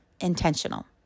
intentional